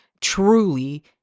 truly